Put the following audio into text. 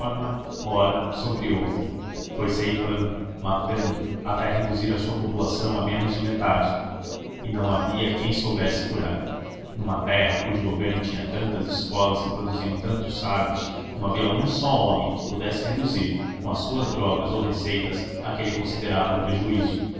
forma ora sobre outra foi ceifando matando até reduzir a sua população a menos de metade e não havia quem soubesse curar numa terra cujo governo tinha tantas escolas que produziam tantos sábios não havia um só homem que pudesse reduzir com as suas drogas ou receitas aquele considerável prejuízo